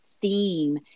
theme